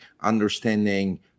understanding